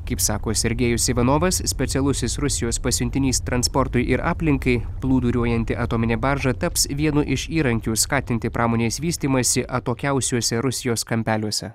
kaip sako sergejus ivanovas specialusis rusijos pasiuntinys transportui ir aplinkai plūduriuojanti atominė barža taps vienu iš įrankių skatinti pramonės vystymąsi atokiausiuose rusijos kampeliuose